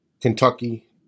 Kentucky